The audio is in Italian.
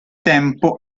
tempo